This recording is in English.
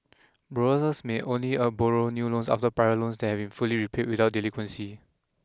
borrowers may only a borrow new loans after prior loans that have been fully repaid without delinquency